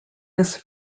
this